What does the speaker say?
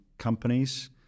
companies